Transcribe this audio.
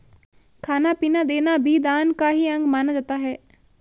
खाना पीना देना भी दान का ही अंग माना जाता है